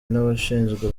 n’abashinzwe